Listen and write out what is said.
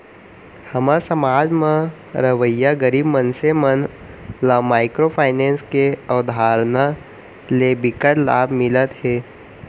हमर समाज म रहवइया गरीब मनसे मन ल माइक्रो फाइनेंस के अवधारना ले बिकट लाभ मिलत हे